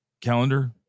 calendar